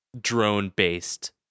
drone-based